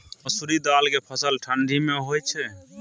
मसुरि दाल के फसल ठंडी मे होय छै?